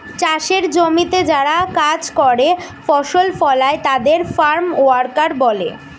চাষের জমিতে যারা কাজ করে, ফসল ফলায় তাদের ফার্ম ওয়ার্কার বলে